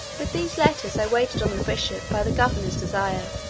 with these letters, i waited on the bishop by the governor's desire,